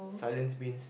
silent means